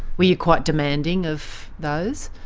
were you quite demanding of those?